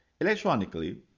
electronically